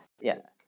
Yes